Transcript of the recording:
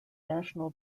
national